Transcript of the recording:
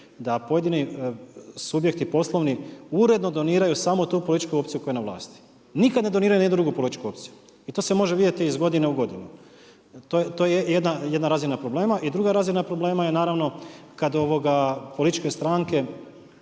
da pojedini subjekti poslovni uredno doniraju samo tu političku opciju koja je na vlasti. Nikad ne doniraju ni jednu drugu političku opciju. I to se može vidjeti iz godine u godinu. To je jedna razina problema. I druga razina problema je naravno kad političke stranke